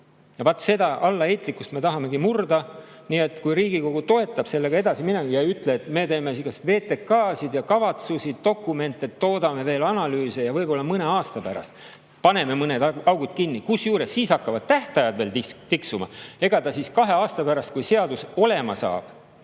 Ja vaat seda allaheitlikkust me tahamegi murda. Nii et kui Riigikogu toetab sellega edasi minemist ja ei ütle, et me teeme VTK‑sid ja kavatsusi, dokumente, toodame veel analüüse, ja võib-olla mõne aasta pärast paneme mõned augud kinni. Kusjuures siis hakkavad tähtajad veel tiksuma. Ega siis kahe aasta pärast, kui seadus olema saab